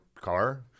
car